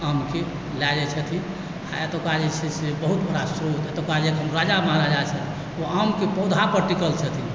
आमके लय जाइ छथिन आ एतुका जे छै से बहुत बड़ा स्रोत एतुका जे अखन राजा महाराज छथि ओ आमके पौधा पर टिकल छथिन